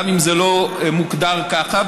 גם אם זה לא מוגדר ככה,